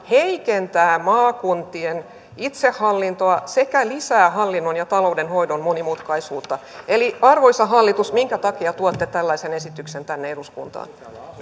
heikentää maakuntien itsehallintoa sekä lisää hallinnon ja talouden hoidon monimutkaisuutta eli arvoisa hallitus minkä takia tuotte tällaisen esityksen tänne eduskuntaan